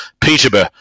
Peterborough